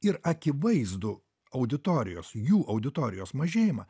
ir akivaizdų auditorijos jų auditorijos mažėjimą